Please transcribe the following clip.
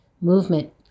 movement